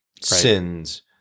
sins